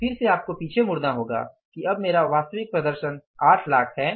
फिर से आपको पीछे मुड़ना होगा कि अब मेरा वास्तविक प्रदर्शन 8 लाख है